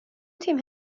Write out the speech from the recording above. تیم